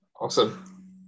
Awesome